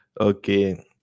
Okay